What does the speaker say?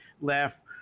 left